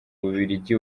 bubiligi